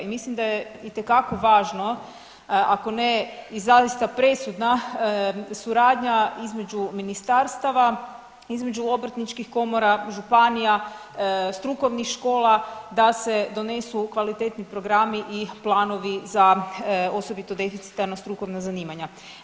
I mislim da je itekako važno ako ne i zaista presudna suradnja između ministarstava, između obrtničkih komora, županija, strukovnih škola da se donesu kvalitetni programi i planovi za osobito deficitarna strukovna zanimanja.